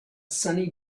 sunny